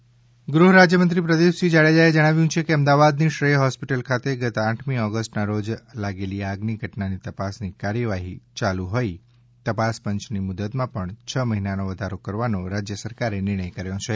Jadeja hospital આગ ગૃહ રાજ્યમંત્રી પ્રદિપસિંહ જાડેજાએ જણાવ્યું છે કે અમદાવાદની શ્રેય હોસ્પિટલ ખાતે ગત આઠમી ઓગષ્ટના રોજ લાગેલી આગની ઘટનાની તપાસની કાર્યવાહી યાલુ હોઇ તપાસ પંચની મુદતમાં પણ છ મહિનાનો વધારો કરવાનો રાજ્ય સરકારે નિર્ણય કર્યો છે